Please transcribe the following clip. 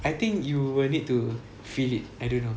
I think you will need to feel it I don't know